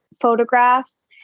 photographs